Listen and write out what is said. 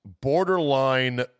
borderline